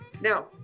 Now